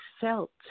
felt